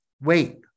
wait